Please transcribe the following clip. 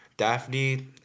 Daphne